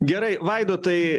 gerai vaidotai